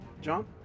John